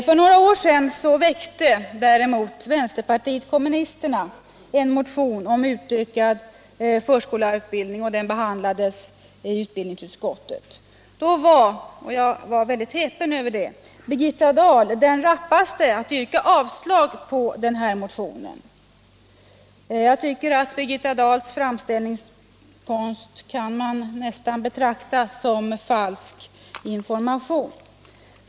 För några år sedan väckte däremot vänsterpartiet kommunisterna en motion om utökad förskollärarutbildning. Den behandlades i utbildningsutskottet. Då var — jag var mycket häpen över det — Birgitta Dahl den rappaste att yrka avslag på motionen. Jag tycker att Birgitta Dahls framställningskonst kan betraktas nästan som falsk information.